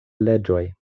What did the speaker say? leĝoj